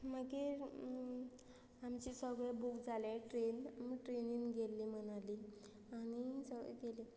मागीर आमचे सगळें बूक जालें ट्रेन आमी ट्रेनीन गेल्ली मनाली आनी सगलीं गेलीं